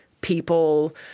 people